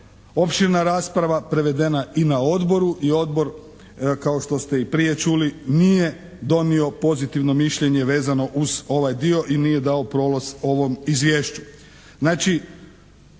opširna rasprava prevedena i na odboru i odbor kao što ste i prije čuli, nije donio pozitivno mišljenje vezano uz ovaj dio i nije dao prolaz ovom izvješću.